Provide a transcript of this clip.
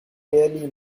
really